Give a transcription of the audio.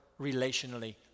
relationally